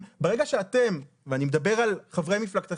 ברגע שאתם קוראים להחרים תרומות דם ואני מדבר על חברי מפלגתך,